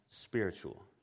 spiritual